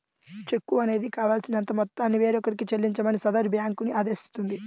చెక్కు అనేది కావాల్సినంత మొత్తాన్ని వేరొకరికి చెల్లించమని సదరు బ్యేంకుని ఆదేశిస్తుంది